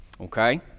okay